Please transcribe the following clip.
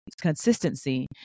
consistency